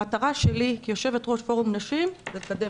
המטרה שלי כיושבת ראש פורום נשים היא לקדם